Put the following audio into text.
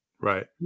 Right